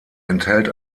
enthält